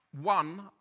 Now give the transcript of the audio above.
one